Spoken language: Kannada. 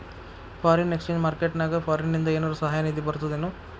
ಫಾರಿನ್ ಎಕ್ಸ್ಚೆಂಜ್ ಮಾರ್ಕೆಟ್ ನ್ಯಾಗ ಫಾರಿನಿಂದ ಏನರ ಸಹಾಯ ನಿಧಿ ಬರ್ತದೇನು?